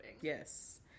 Yes